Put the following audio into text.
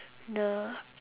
the